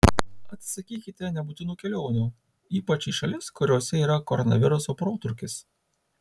atsisakykite nebūtinų kelionių ypač į šalis kuriose yra koronaviruso protrūkis